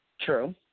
True